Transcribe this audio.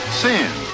sin